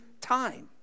time